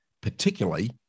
Particularly